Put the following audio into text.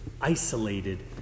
isolated